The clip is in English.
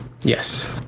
Yes